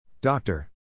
Doctor